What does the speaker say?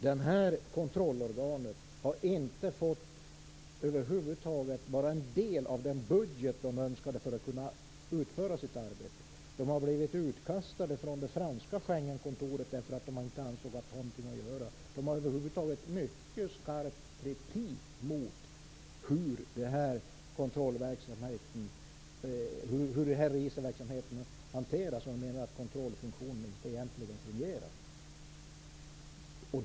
Detta kontrollorgan har bara fått en mindre del av den budget som det önskade för att kunna utföra sitt arbete. Man har blivit utkastad från det franska Schengenkontoret därför att man ansågs inte ha något där att göra. Man riktar över huvud taget mycket skarp kritik mot hur den här registerverksamheten hanteras och menar att kontrollfunktionen egentligen inte fungerar.